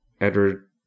Edward